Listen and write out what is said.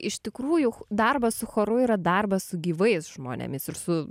iš tikrųjų darbas su choru yra darbas su gyvais žmonėmis ir su